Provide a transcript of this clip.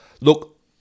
Look